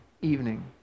evening